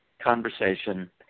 conversation